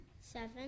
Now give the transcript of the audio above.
Seven